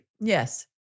Yes